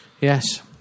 Yes